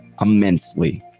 immensely